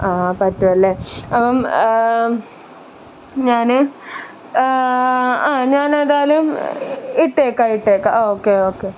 പറ്റുമല്ലേ ഞാൻ ഞാൻ ഏതായാലും ഇട്ടേക്കാം ഇട്ടേക്കാം ഓക്കെ ഓക്കെ